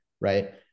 right